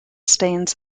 stains